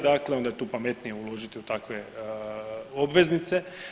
Dakle, onda je tu pametnije uložiti u takve obveznice.